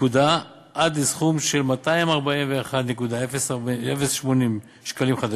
לפקודה עד סכום של 241,080 ש"ח,